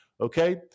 Okay